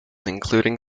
including